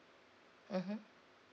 mmhmm